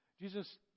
Jesus